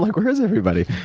like where s everybody?